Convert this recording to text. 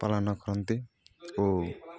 ପାଳନ କରନ୍ତି ଓ